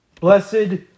Blessed